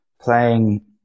playing